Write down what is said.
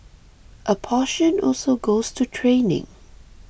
a portion also goes to training